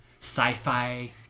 sci-fi